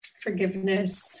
forgiveness